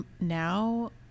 Now